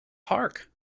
hark